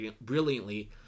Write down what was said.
brilliantly